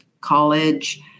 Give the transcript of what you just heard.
college